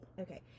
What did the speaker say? Okay